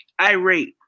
irate